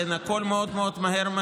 הכול מאוד מהר,